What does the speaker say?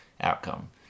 outcome